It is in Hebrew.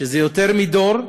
שזה יותר מדור,